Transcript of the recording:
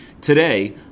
Today